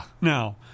now